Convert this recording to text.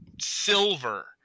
silver